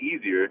easier